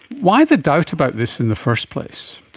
why the doubt about this in the first place?